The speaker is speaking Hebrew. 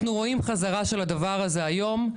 אנחנו רואים חזרה של הדבר הזה היום,